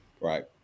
Right